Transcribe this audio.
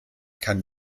kann